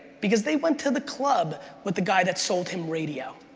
because they went to the club with the guy that sold him radio.